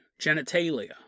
genitalia